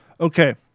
Okay